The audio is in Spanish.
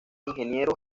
ingeniero